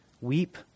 weep